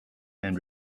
and